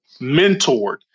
mentored